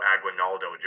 Aguinaldo